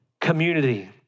community